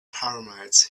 pyramids